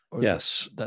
Yes